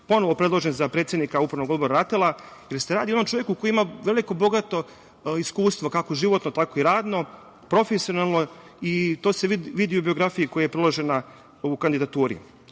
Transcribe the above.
ponovo predložen za predsednika Upravnog odbora RATEL-a, jer se radi o jednom čoveku koji ima veliko i bogato iskustvo, kako životno tako i radno, profesionalno. To se vidi u biografiji koja je priložena u kandidaturi. Obzirom